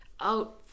out